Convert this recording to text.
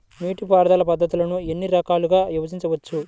నీటిపారుదల పద్ధతులను ఎన్ని రకాలుగా విభజించవచ్చు?